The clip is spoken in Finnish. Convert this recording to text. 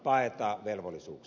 arvoisa puhemies